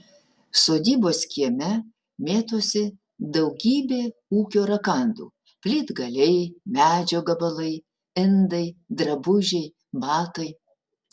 sodybos kieme mėtosi daugybė ūkio rakandų plytgaliai medžio gabalai indai drabužiai batai